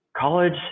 College